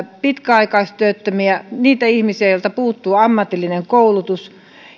pitkäaikaistyöttömiä niitä ihmisiä joilta puuttuu ammatillinen koulutus